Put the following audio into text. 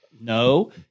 No